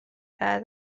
بعد